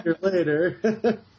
later